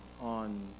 on